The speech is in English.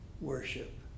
worship